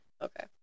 okay